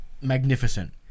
Magnificent